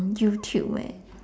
YouTube leh